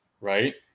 Right